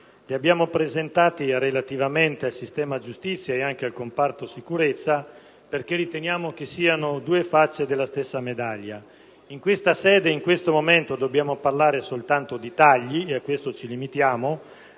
che abbiamo presentato contestualmente al sistema giustizia e al comparto sicurezza (perché riteniamo che siano due facce della stessa medaglia). In questa sede, in questo momento, dobbiamo parlare soltanto di tagli, e a questo ci limitiamo,